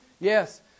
Yes